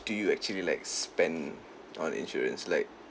do you actually like spend on insurance like